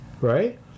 right